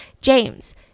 James